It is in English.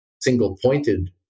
single-pointed